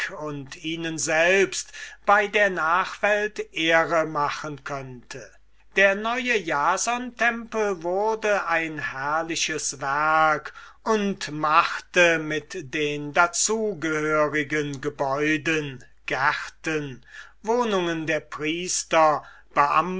und ihnen selbst bei der nachwelt ehre machen könnte der neue jasonstempel wurde ein herrliches werk und machte mit den dazu gehörigen gebäuden gärten wohnungen der priester